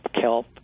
kelp